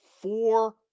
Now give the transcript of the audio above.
four